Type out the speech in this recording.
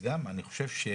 גם פה אני חושב שזה